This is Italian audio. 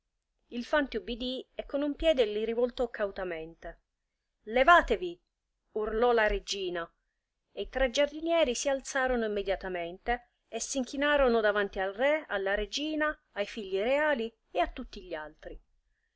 il fante ubbidì e con un piede li rivoltò cautamente levatevi urlò la regina e i tre giardinieri si alzarono immediatamente e s'inchinarono davanti al re alla regina ai figli reali e a tutti gli altri